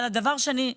אבל דבר אחר,